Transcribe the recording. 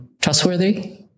trustworthy